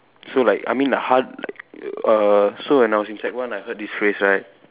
so like I mean the hard err so when I was in sec one I heard this phrase right